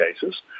cases